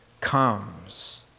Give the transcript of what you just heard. comes